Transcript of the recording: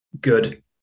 good